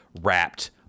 wrapped